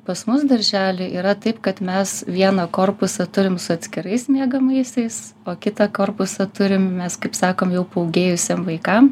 pas mus daržely yra taip kad mes vieną korpusą turim su atskirais miegamaisiais o kitą korpusą turim mes kaip sakom jau paūgėjusiem vaikam